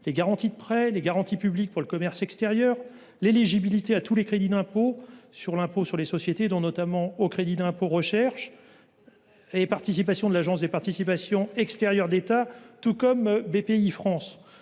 les garanties de prêt, les garanties publiques pour le commerce extérieur, l’éligibilité à tous les crédits d’impôt sur l’impôt sur les sociétés, notamment le crédit d’impôt recherche, les participations de l’Agence des participations de l’État (APE) ou celles de Bpifrance.